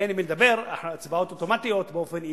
אין עם מי לדבר, ההצבעות אוטומטיות, באופן עיוור,